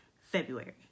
February